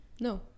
No